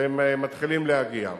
והם מתחילים להגיע.